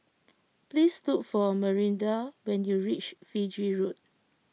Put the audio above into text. please look for Marinda when you reach Fiji Road